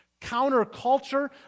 counterculture